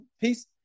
peace